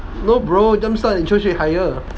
no bro jump start interest rate higher